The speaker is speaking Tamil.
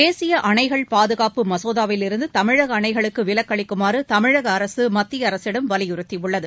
தேசிய அணைகள் பாதுகாப்பு மசோதாவிலிருந்து தமிழக அணைகளுக்கு விலக்களிக்குமாறு தமிழக அரசு மத்திய அரசிடம் வலியுறுத்தியுள்ளது